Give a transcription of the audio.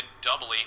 Doubly